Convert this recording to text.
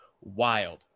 Wild